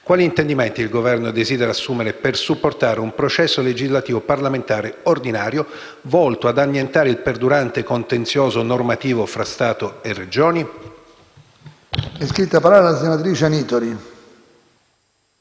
Quali intendimenti il Governo desidera assumere per supportare un processo legislativo parlamentare ordinario, volto ad annientare il perdurante contenzioso normativo tra Stato e Regioni?